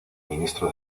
ministro